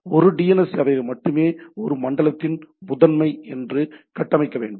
ஒரு டிஎன்எஸ் சேவையகம் மட்டுமே ஒரு மண்டலத்தின் முதன்மை என கட்டமைக்கப்பட வேண்டும்